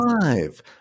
five